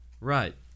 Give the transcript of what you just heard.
Right